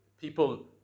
People